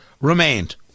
remained